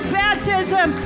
baptism